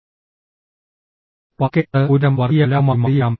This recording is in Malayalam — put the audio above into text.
പതുക്കെ അത് ഒരുതരം വർഗീയ കലാപമായി മാറിയേക്കാം